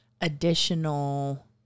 additional